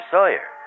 Sawyer